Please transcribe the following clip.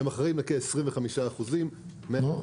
הם אחראיים לכ-25 אחוזים --- נו,